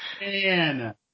Man